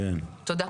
תודה.